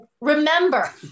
remember